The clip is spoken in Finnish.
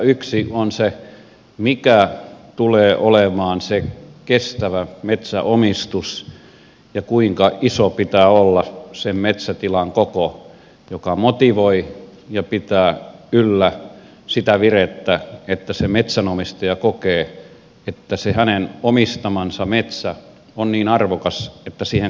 yksi on se mikä tulee olemaan se kestävä metsäomistus ja kuinka iso pitää olla sen metsätilan koko joka motivoi ja pitää yllä sitä virettä että metsänomistaja kokee että hänen omistamansa metsä on niin arvokas että siihen kannattaa panostaa